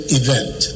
event